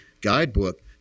guidebook